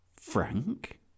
Frank